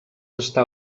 està